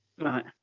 Right